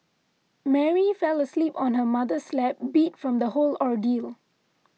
Mary fell asleep on her mother's lap beat from the whole ordeal